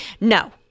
No